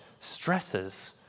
stresses